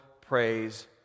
praise